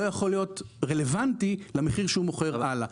יכול להיות רלוונטי למחיר שהוא מוכר הלאה.